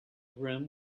room